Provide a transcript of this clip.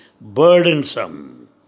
burdensome